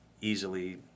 easily